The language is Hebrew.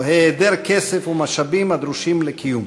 או היעדר כסף ומשאבים הדרושים לקיום.